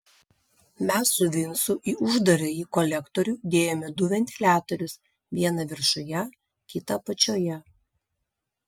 mes su vincu į uždarąjį kolektorių dėjome du ventiliatorius vieną viršuje kitą apačioje